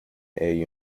air